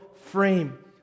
frame